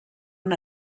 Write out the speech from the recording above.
han